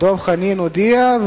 דב חנין הודיע.